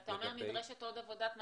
כשאתה אומר נדרשת עוד עבודת מטה,